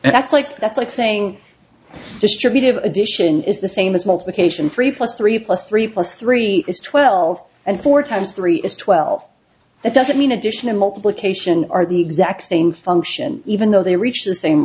that's like that's like saying the distributive addition is the same as multiplication three plus three plus three plus three is twelve and four times three is twelve that doesn't mean addition and multiplication are the exact same function even though they reach the same